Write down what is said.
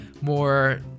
more